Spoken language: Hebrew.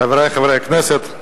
תודה, חברי חברי הכנסת,